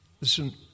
Listen